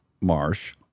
Marsh